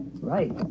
Right